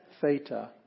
Theta